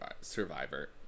survivor